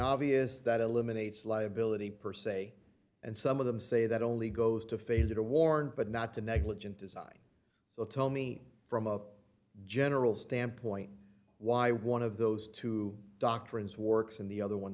obvious that eliminates liability per se and some of them say that only goes to failure to warn but not to negligent design so tell me from a general standpoint why one of those two doctrines works and the other one